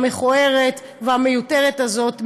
המכוערת והמיותרת הזאת מהלקסיקון.